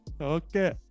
Okay